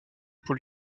pour